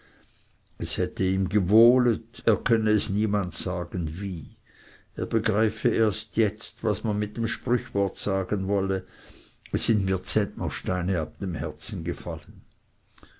es hätte ihm gewohlet er könne es niemand sagen wie er begreife erst jetzt was man mit dem sprüchwort sagen wolle es sind mir zentnersteine ab dem herzen gefallen